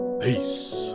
peace